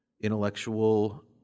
intellectual